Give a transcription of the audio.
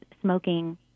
smoking